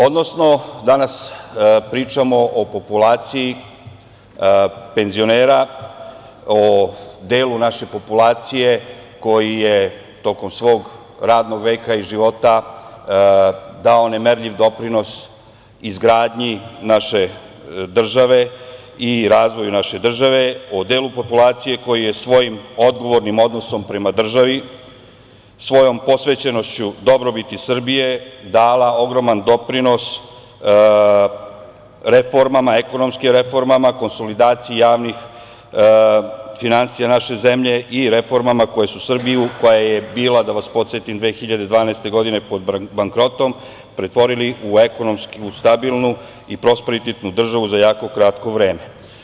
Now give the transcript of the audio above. Odnosno, danas pričamo o populaciji penzionera, o delu naše populacije koji je tokom svog radnog veka i života dao nemerljiv doprinos izgradnji naše države i razvoju naše države, o delu populacije koji je svojim odgovornim odnosom prema državi, svojom posvećenošću dobrobiti Srbije dala ogroman doprinos ekonomskim reformama konsolidaciji javnih finansija naše zemlje i reformama koje su Srbiju, koja je bila, da vas podsetim, 2012. godine pod bankrotom, pretvorili u ekonomski stabilnu i prosperitetnu državu za jako kratko vreme.